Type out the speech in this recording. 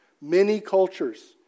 many-cultures